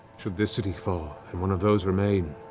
should this city fall, and one of those remain,